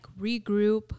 regroup